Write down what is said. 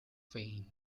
fame